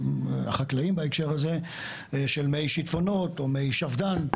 החקלאיים בהקשר הזה, של מי שיטפונות או מי שפד"ן,